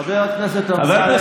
חבר הכנסת כץ,